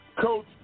Coach